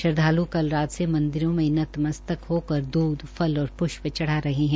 श्रद्वालु कल रात से मंदिरों में नतमस्तक होकर दूध फल और पुष्प चढ़ा रहे है